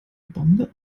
bombe